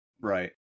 Right